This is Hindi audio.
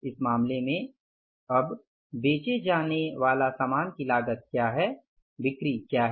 इस मामले में अब बेचे जाने वाला सामान की लागत क्या है बिक्री क्या हैं